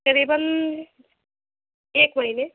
करीबन एक महीने